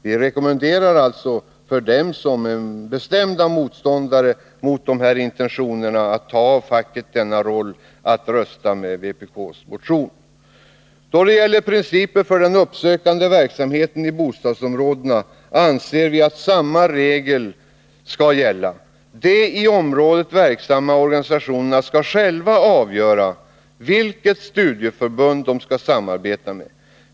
Vi rekommenderar alltså dem som är bestämda motståndare till dessa intentioner, vilka innebär att man skulle ta ifrån facket denna roll, att rösta med vpk:s motion. Då det gäller principerna för den uppsökande verksamheten i bostadsområdena anser vi att samma regel skall gälla. De i området verksamma organisationerna skall själva avgöra vilket studieförbund de skall samarbeta med.